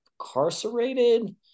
incarcerated